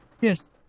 Yes